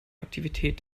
aktivität